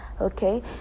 okay